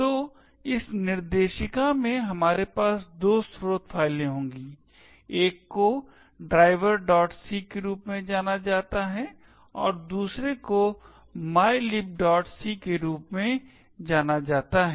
तो इस निर्देशिका में हमारे पास दो स्रोत फाइलें होंगी एक को driverc के रूप में जाना जाता है और दूसरे को mylibc के रूप में जाना जाता है